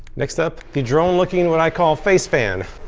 next up, the drone-looking what i call face fan.